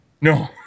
No